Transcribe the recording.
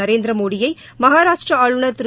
நரேந்திரமோடியை மகராஷ்டிரா ஆளுநா் திரு